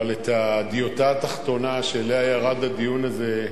אבל הדיוטה התחתונה שאליה ירד הדיון הזה,